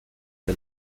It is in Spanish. the